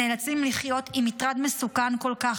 הם נאלצים לחיות עם מטרד מסוכן כל כך,